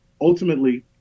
Ultimately